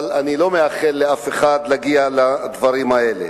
אבל אני לא מאחל לאף אחד להגיע לדברים האלה.